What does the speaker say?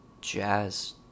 jazz